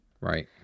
Right